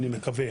אני מקווה,